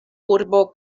urbo